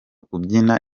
kubyina